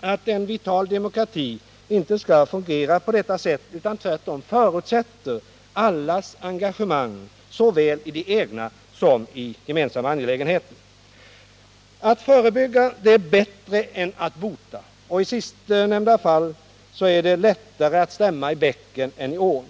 att en vital demokrati inte skall fungera på detta sätt utan tvärtom förutsätter allas engagemang såväl iegna som i gemensamma angelägenheter. Att förebygga är bättre än att bota, och i sistnämnda fall är det lättare att stämma i bäcken än i ån.